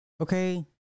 Okay